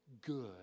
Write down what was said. good